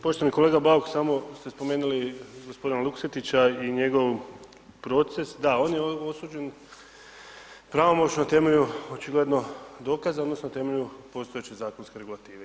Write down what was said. Poštovani kolega Bauk, samo ste spomenuli gospodina Luksetića i njegov proces, da, on je osuđen pravomoćno temelju očigledno dokaza odnosno temelju postojeće zakonske regulative.